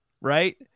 Right